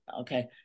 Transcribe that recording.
okay